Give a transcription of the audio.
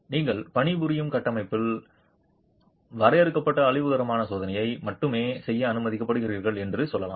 நீங்கள் பணிபுரியும் கட்டமைப்பில் வரையறுக்கப்பட்ட அழிவுகரமான சோதனையை மட்டுமே செய்ய அனுமதிக்கப்படுகிறீர்கள் என்று சொல்லலாம்